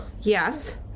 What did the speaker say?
yes